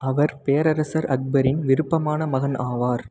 அவர் பேரரசர் அக்பரின் விருப்பமான மகன் ஆவார்